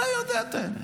אתה יודע את האמת.